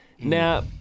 Now